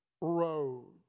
road